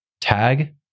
Tag